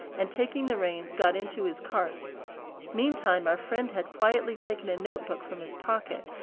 and taking the reins, got into his cart meantime our friend had quietly taken a notebook from his pocket,